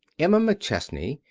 emma mcchesney,